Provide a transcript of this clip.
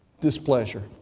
displeasure